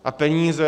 A peníze?